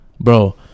Bro